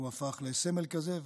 הוא הפך לסמל כזה.